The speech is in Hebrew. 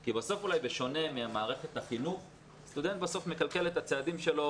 כי בסוף אולי בשונה ממערכת החינוך סטודנט בסוף מכלכל את הצעדים שלו,